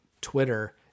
Twitter